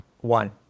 one